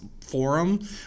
forum